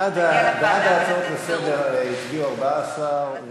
בעד ההצעות לסדר-היום הצביעו 14,